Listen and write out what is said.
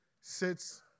sits